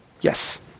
Yes